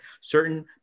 certain